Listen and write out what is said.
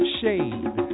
shade